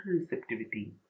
receptivity